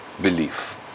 belief